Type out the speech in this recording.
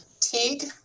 Teague